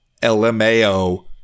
LMAO